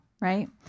right